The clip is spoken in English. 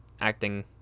acting